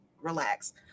relax